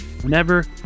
whenever